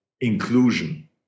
inclusion